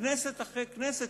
כנסת אחרי כנסת,